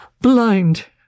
blind